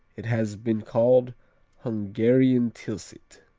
it has been called hungarian tilsit.